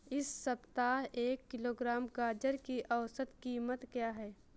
इस सप्ताह एक किलोग्राम गाजर की औसत कीमत क्या है?